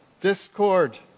discord